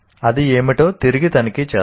అది ఏమిటో తిరిగి తనిఖీ చేద్దాం